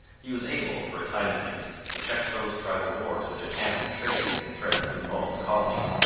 he was able, for a time at least, to check those tribal wars which had hampered trade and threatened to involve the colony.